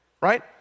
right